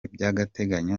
by’agateganyo